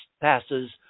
passes